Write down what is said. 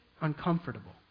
uncomfortable